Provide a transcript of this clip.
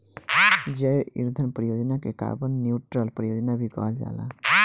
जैव ईंधन परियोजना के कार्बन न्यूट्रल परियोजना भी कहल जाला